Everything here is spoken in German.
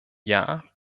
jahr